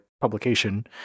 publication